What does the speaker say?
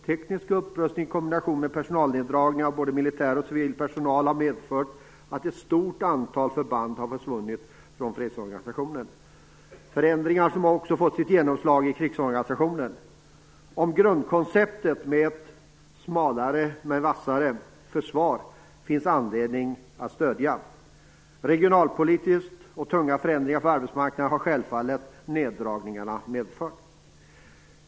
Teknisk utrustning i kombination med neddragningar av både militär och civil personal har medfört att ett stort antal förband har försvunnit från fredsorganisationen - förändringar som också har fått genomslag i krigsorganisationen. Det finns anledning att stödja grundkonceptet ett smalare men vassare försvar. Neddragningarna har självfallet medfört regionalpolitiskt tunga förändringar på arbetsmarknaden.